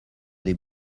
des